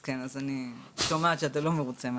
אני שומעת שאתה לא מרוצה.